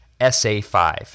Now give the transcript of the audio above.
SA5